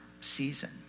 season